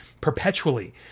perpetually